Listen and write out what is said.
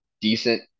decent –